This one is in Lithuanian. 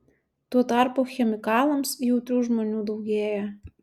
tuo tarpu chemikalams jautrių žmonių daugėja